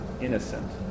innocent